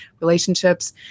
relationships